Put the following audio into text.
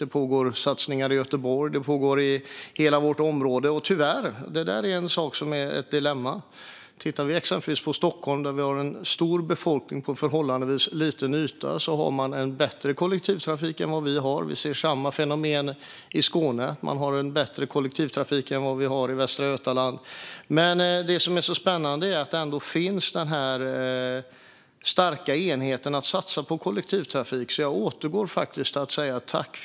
Det pågår satsningar i Göteborg och i hela vårt område, och tyvärr, det där är ett dilemma. Tittar vi exempelvis på Stockholm, där vi har en stor befolkning på förhållandevis liten yta, har man en bättre kollektivtrafik än vad vi har. Vi ser samma fenomen i Skåne - man har en bättre kollektivtrafik än vad vi har i Västra Götaland. Det som är spännande är att den här starka enigheten om att satsa på kollektivtrafik ändå finns, så jag återgår faktiskt till att säga tack.